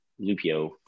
Lupio